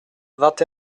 vingt